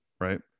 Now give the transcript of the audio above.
right